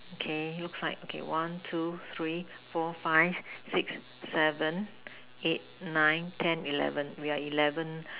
okay looks like one two three four five six seven eight nine ten eleven we are eleven